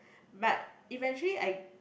but eventually I